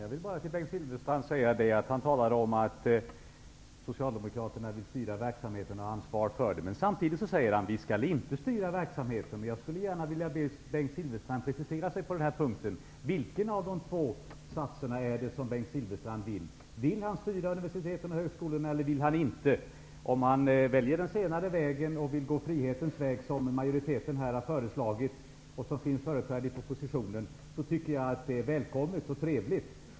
Herr talman! Bengt Silfverstrand talade om att Socialdemokraterna vill styra verksamheten och ta ansvar för den, men samtidigt sade han att vi inte skall styra verksamheten. Jag skulle vilja be honom att precisera sig på den här punkten: Vilken av de två satserna är det som gäller? Vill han styra universiteten och högskolorna, eller vill han inte göra det? Om han väljer den senare vägen, dvs. vill gå frihetens väg, som majoriteten har föreslagit och som är företrädd i propositionen, är det välkommet och trevligt.